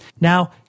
Now